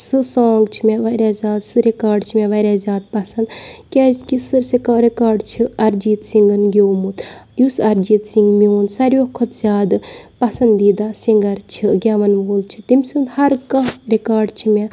سُہ سانگ چھُ مےٚ واریاہ زیادٕ سُہ رِکاڈ چھُ مےٚ واریاہ زیادٕ پَسند کیازِ کہِ سُہ رِکاڈ چھُ أرِجیٖت سِنگن گیومُت یُس أرجیٖت سِنگ میون ساروٕے کھۄتہٕ زیادٕ پَسند دیٖدا سِنگر چھُ گیوَن وول چھُ تٔمۍ سُند ہر کانٛہہ رِکاڈ چھُ مےٚ